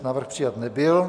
Návrh přijat nebyl.